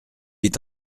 est